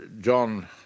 John